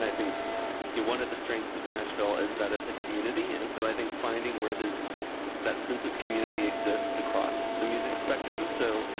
i think so one of the strengths of nashville is that it's a community. and so, i think finding where this that sense of community exists across the music spectrum so,